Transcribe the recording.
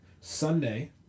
Sunday